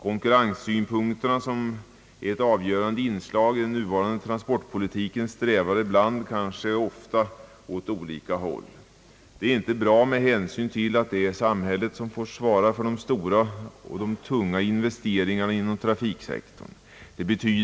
Konkurrenssynpunkterna, som är ett avgörande inslag i den nuvarande transportpolitiken, = strävar ibland, kanske ofta, åt olika håll. Detta är inte bra med hänsyn till att samhället har att svara för de stora, tunga investeringarna inom trafiksektorn.